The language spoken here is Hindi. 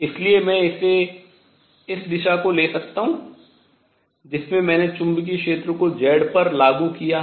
इसलिए मैं इस दिशा को ले सकता हूँ जिसमें मैंने चुंबकीय क्षेत्र को z पर लागू किया है